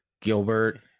Gilbert